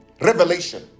revelation